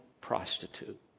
prostitute